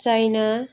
China